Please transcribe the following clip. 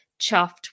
chuffed